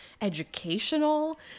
educational